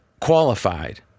qualified